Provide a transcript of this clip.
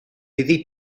iddi